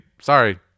Sorry